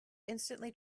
instantly